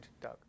Doug